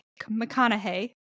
McConaughey